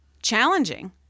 challenging